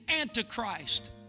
antichrist